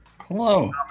Hello